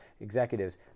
executives